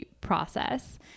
process